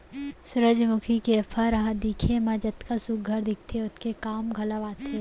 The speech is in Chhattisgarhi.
सुरूजमुखी के फर ह दिखे म जतका सुग्घर दिखथे ओतके काम घलौ आथे